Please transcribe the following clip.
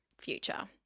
future